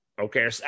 Okay